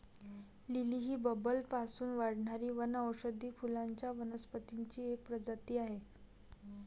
lily ही बल्बपासून वाढणारी वनौषधी फुलांच्या वनस्पतींची एक प्रजाती आहे